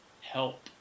help